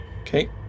Okay